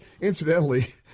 Incidentally